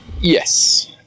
yes